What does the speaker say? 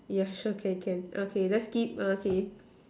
yeah sure can can okay let's skip okay